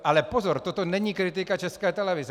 Ale pozor, toto není kritika České televize.